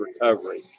recovery